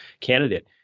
candidate